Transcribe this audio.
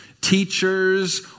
teachers